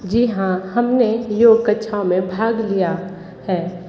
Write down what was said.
जी हाँ हमने योग कक्षाओं में भाग लिया है